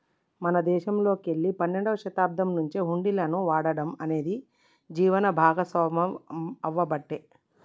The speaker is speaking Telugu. మన దేశంలోకెల్లి పన్నెండవ శతాబ్దం నుంచే హుండీలను వాడటం అనేది జీవనం భాగామవ్వబట్టే